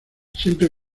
siempre